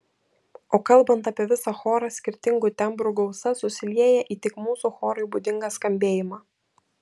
o kalbant apie visą chorą skirtingų tembrų gausa susilieja į tik mūsų chorui būdingą skambėjimą